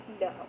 No